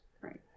Right